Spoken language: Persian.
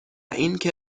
اینکه